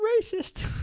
racist